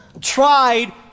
tried